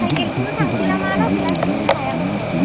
साइकेलजोंनो थांनोसै नामा लासै लासैनो हायाबाबो